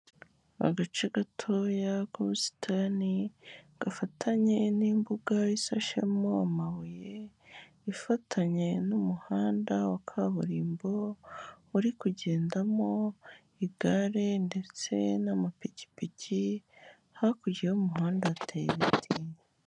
Agace gatoya kubusitani gafatanye n'imbuga isashemo amabuye ifatanye n'umuhanda wa kaburimbo uri kugendamo igare ndetse n'amapikipiki hakurya y'umuhanda hateye ibiti.